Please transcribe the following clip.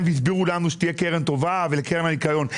והסבירו לנו שתהיה קרן טובה ומעבר לקרן הניקיון.